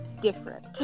different